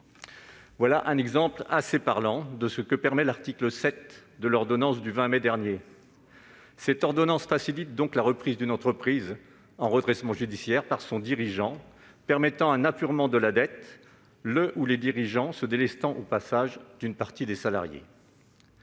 Voilà un exemple assez parlant de ce que permet l'article 7 de l'ordonnance du 20 mai dernier. Celle-ci facilite la reprise d'une entreprise en redressement judiciaire par son dirigeant et permet un apurement de la dette, le ou les dirigeants se délestant au passage d'une partie des salariés.